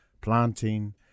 planting